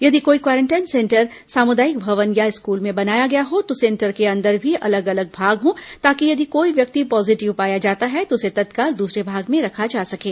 यदि कोई quarantine centre सामुदायिक भवन या स्कूल में बनाया गया हो तो सेंटर के अंदर भी अलग अलग भाग हो ताकि यदि कोई व्यक्ति पॉजिटिव पाया जाता है तो उसे तत्काल दूसरे भाग में रखा जा सकें